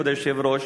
כבוד היושב-ראש,